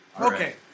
Okay